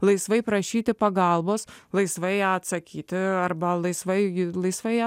laisvai prašyti pagalbos laisvai atsakyti arba laisvai laisvai